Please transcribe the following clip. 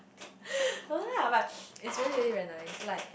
no lah but it's really really really very nice like